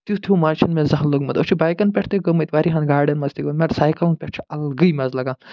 تیُتھ ہیوٗ مَزٕ چھُنہٕ مےٚ زانٛہہ لوٚگمُت أسۍ چھِ بایِکن پٮ۪ٹھ تہِ گٔمٕتۍ وارِیاہن گاڑٮ۪ن منٛز تہِ گٔہ مگر سایکَلن پٮ۪ٹھ چھُ الگٕے مَزٕ لگان